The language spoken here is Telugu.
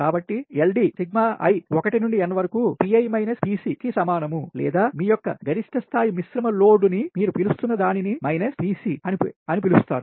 కాబట్టిLD సిగ్మా i 1 నుండి n వరకు Pi Pc సమానం లేదా మీ యొక్క గరిష్ట స్థాయి మిశ్రమ లోడ్ని మీరు పిలుస్తున్నదానిని మైనస్ Pc అని పిలుస్తారు